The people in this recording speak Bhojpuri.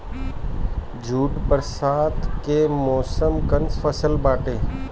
जूट बरसात के मौसम कअ फसल बाटे